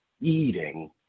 eating